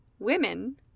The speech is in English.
Women